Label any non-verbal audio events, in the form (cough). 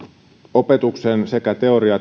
opetuksen sekä teoria (unintelligible)